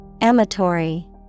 Amatory